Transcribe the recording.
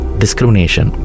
discrimination